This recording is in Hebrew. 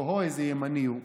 או-הו, איזה ימני הוא,